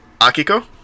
Akiko